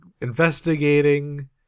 Investigating